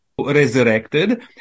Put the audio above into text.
resurrected